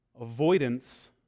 avoidance